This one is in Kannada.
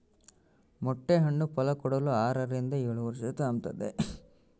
ಮೊಟ್ಟೆ ಹಣ್ಣು ಫಲಕೊಡಲು ಆರರಿಂದ ಏಳುವರ್ಷ ತಾಂಬ್ತತೆ